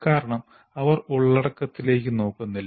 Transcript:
കാരണം അവർ ഉള്ളടക്കത്തിലേക്ക് നോക്കുന്നില്ല